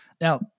now